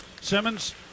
Simmons